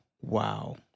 Wow